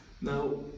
Now